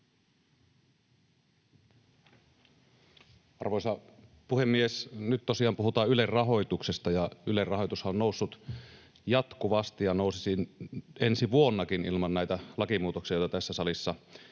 Arvoisa puhemies! Nyt tosiaan puhutaan Ylen rahoituksesta. Ylen rahoitushan on noussut jatkuvasti ja nousisi ensi vuonnakin ilman näitä lakimuutoksia, joita tässä salissa